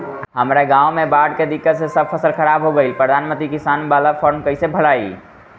हमरा गांव मे बॉढ़ के दिक्कत से सब फसल खराब हो गईल प्रधानमंत्री किसान बाला फर्म कैसे भड़ाई?